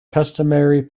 customary